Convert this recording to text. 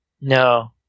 No